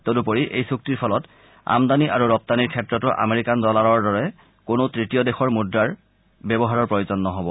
তদুপৰি এই চুক্তিৰ ফলত আমদানী আৰু ৰপ্তানীৰ ক্ষেত্ৰতো আমেৰিকান ডলাৰৰ দৰে কোনো তৃতীয় দেশৰ মুদ্ৰাৰ ব্যৱহাৰৰ প্ৰয়োজন নহব